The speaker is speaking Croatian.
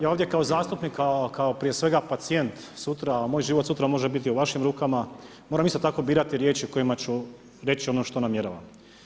Ja ovdje kao zastupnik, kao prije svega pacijent sutra a moj život sutra može biti u vašim rukama, moram isto tako birati riječi kojima ću reći ono što namjeravam.